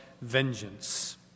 vengeance